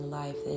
life